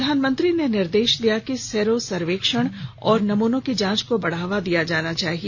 प्रधानमंत्री ने निर्देश दिया कि सीरो सर्रेक्षण और नमूनों की जांच को बढाया जाना चाहिए